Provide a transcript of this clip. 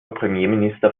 premierminister